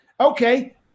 Okay